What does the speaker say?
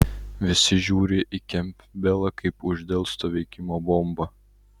visi žiūri į kempbelą kaip į uždelsto veikimo bombą